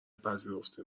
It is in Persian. پذیرفته